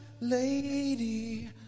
lady